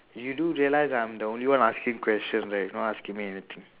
you do realize that i'm the only one asking questions leh you not asking me anything